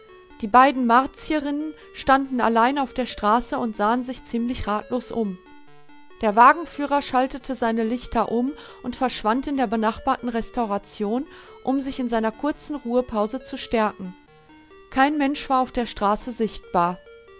die beiden martierinnen standen allein auf der straße und sahen sich ziemlich ratlos um der wagenführer schaltete seine lichter um und verschwand in der benachbarten restauration um sich in seiner kurzen ruhepause zu stärken kein mensch war auf der straße sichtbar